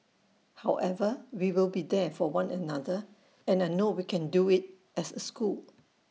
however we will be there for one another and I know we can do IT as A school